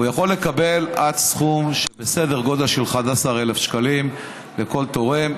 הוא יכול לקבל עד סכום בסדר גודל של 11,000 שקלים מכל תורם.